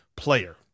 Player